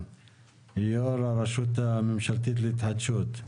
יו"ר הרשות הממשלתית להתחדשות.